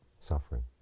suffering